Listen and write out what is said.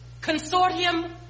Consortium